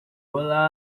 olá